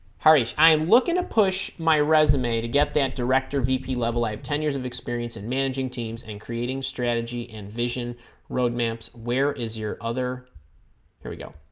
harish i am looking to push my resume to get that director vp level i have ten years of experience in managing teams and creating strategy and vision road maps where is your other here we go